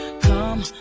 Come